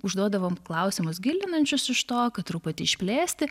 užduodavom klausimus gilinančius iš to kad truputį išplėsti